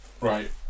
Right